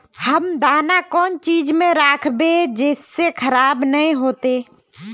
हम दाना कौन चीज में राखबे जिससे खराब नय होते?